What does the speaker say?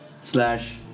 slash